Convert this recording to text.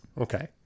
Okay